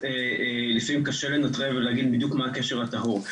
לפעמים די קשה לנטרל ולהגיד מה הקשר הטהור.